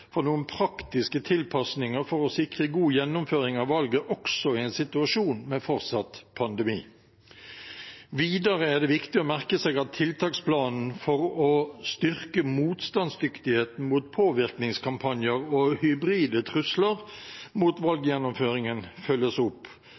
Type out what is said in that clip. for noen praktiske tilpasninger for å sikre god gjennomføring av valget også i en situasjon med fortsatt pandemi. Videre er det viktig å merke seg at tiltaksplanen for å styrke motstandsdyktigheten mot påvirkningskampanjer og hybride trusler mot